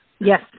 Yes